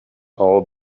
all